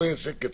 פה יהיה שקט,